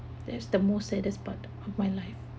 that's the most saddest part of my life